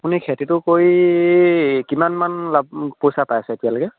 আপুনি খেতিটো কৰি কিমানমান লাভ পইচা পাইছে এতিয়ালৈকে